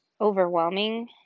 overwhelming